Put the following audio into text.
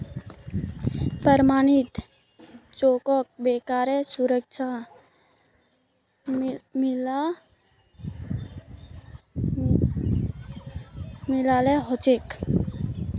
प्रमणित चेकक बैंकेर सुरक्षा मिलाल ह छे